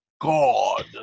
God